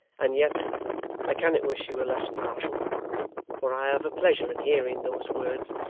and yet i cannot wish you were less partial for i have a pleasure in hearing those words,